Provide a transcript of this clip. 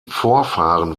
vorfahren